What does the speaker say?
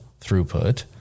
throughput